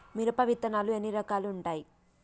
మిరప విత్తనాలు ఎన్ని రకాలు ఉంటాయి?